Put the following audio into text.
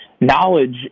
knowledge